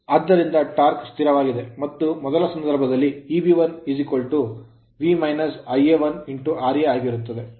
ಆದ್ದರಿಂದ torque torque ಸ್ಥಿರವಾಗಿದೆ ಮತ್ತು ಮೊದಲ ಸಂದರ್ಭದಲ್ಲಿ Eb1 V Ia1 ra ಆಗಿರುತ್ತದೆ